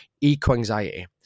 eco-anxiety